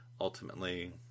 ultimately